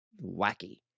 Wacky